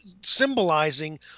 symbolizing